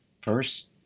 First